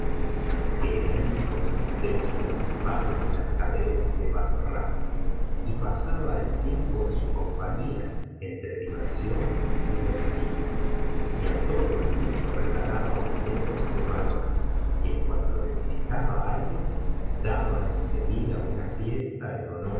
que eran hijos de los principales mercaderes de bassra y pasaba el tiempo en su compañía entre diversiones y festines y á todo el mundo regalaba objetos de valor y en cuanto le visitaba alguien daba en seguida una fiesta en